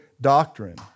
doctrine